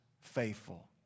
faithful